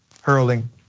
hurling